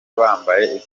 bambaye